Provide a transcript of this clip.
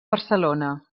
barcelona